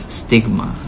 stigma